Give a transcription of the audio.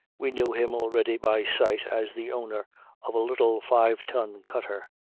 we knew him already by sight as the owner of a little five-ton cutter,